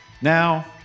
Now